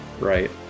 right